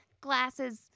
glasses